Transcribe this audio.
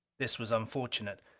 this was unfortunate.